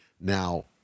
now